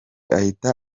ahita